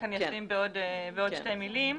אני רק אשלים בעוד שתי מילים.